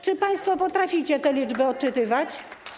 Czy państwo potraficie te liczby odczytywać?